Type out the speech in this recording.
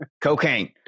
cocaine